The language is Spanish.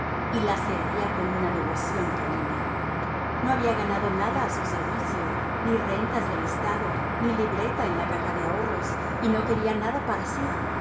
y la servía con una devoción canina no había ganado nada a su servicio ni rentas del estado ni libreta en la caja de ahorros y no quería nada para sí